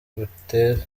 butere